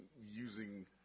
using